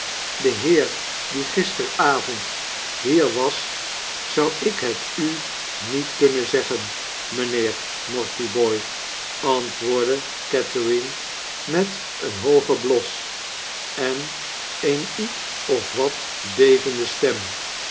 den heer die gisteravond hier was zou ik het u niet kunnen zeggen mynheer mortibooi antwoordde catherine met een hoogen bios en eene iet of wat bevende stem